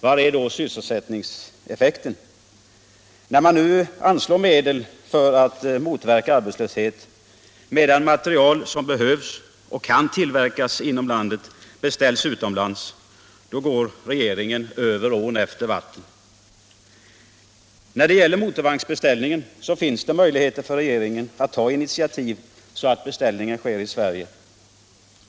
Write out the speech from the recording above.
Var får vi då sysselsättningseffekten? Material som behöver och kan tillverkas i Sverige beställs nu utomlands. Regeringen går över ån efter vatten. När det gäller motorvagnsbeställningen finns det möjligheter för regeringen att ta sådana initiativ att beställningen sker i Sverige.